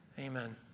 Amen